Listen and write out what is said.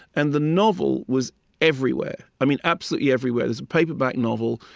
and the novel was everywhere i mean, absolutely everywhere. it was paperback novel,